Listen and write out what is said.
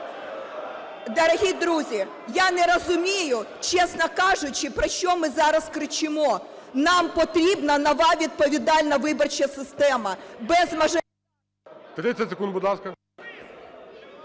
Дорогі друзі, я не розумію, чесно кажучи, про що ми зараз кричимо. Нам потрібна нова, відповідальна виборча система, без... ГОЛОВУЮЧИЙ. 30 секунд, будь ласка.